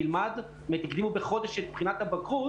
הקדימו בחודש את בחינת הבגרות,